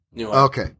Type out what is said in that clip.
Okay